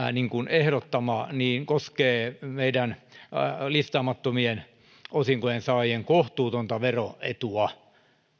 ehdottama koskee listaamattomien osinkojen saajien kohtuutonta veroetua